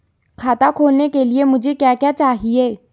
खाता खोलने के लिए मुझे क्या क्या चाहिए?